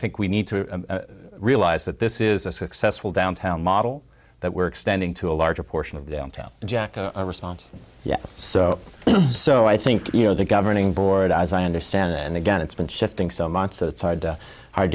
think we need to realize that this is a successful downtown model that were extending to a larger portion of downtown jack a response yet so so i think you know the govern board as i understand it and again it's been shifting so much that side hard to